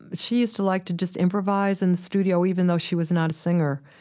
but she used to like to just improvise in the studio even though she was not a singer.